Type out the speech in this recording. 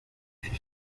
fait